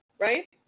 Right